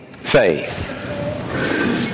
faith